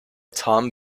tom